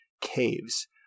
caves